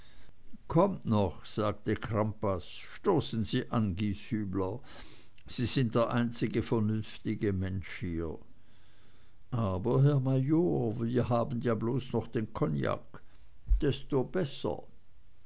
kommt noch sagte crampas stoßen sie an gieshübler sie sind der einzige vernünftige mensch hier aber herr major wir haben ja bloß noch den kognak desto besser